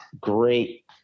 great